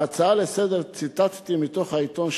בהצעה לסדר ציטטתי מתוך העיתון,